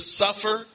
suffer